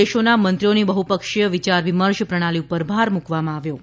દેશોના મંત્રીઓની બહુપક્ષીય વિચાર વિમર્શ પ્રણાલિ પર ભાર મૂકવામાં આવ્યો હતો